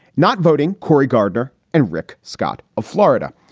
not voting cory gardner and rick scott of florida.